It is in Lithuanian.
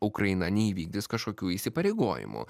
ukraina neįvykdys kažkokių įsipareigojimų